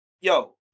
yo